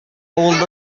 авылда